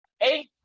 Hey